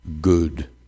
good